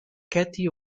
katie